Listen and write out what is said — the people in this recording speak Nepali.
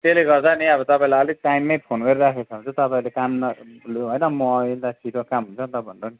त्यसले गर्दा नि अब तपाईँलाई अलिक टाइममै फोन गरिराखेको छ भने चाहिँ तपाईँले काम होइन म यता छिटो काम सकिन्छ भनेर नि